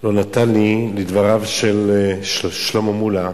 לא נתן לי, בדבריו של שלמה מולה,